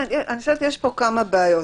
אני חושבת שיש פה כמה בעיות.